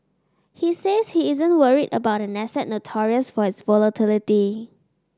he says he isn't worried about an asset notorious for its volatility